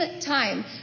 time